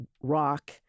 rock